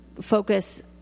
focus